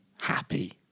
happy